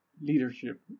leadership